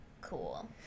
cool